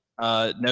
No